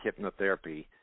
hypnotherapy